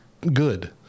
good